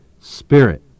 spirit